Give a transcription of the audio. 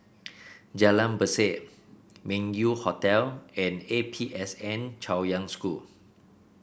Jalan Berseh Meng Yew Hotel and A P S N Chaoyang School